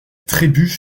trébuche